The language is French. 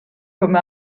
comme